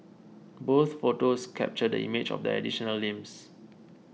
both photos captured the image of the additional limbs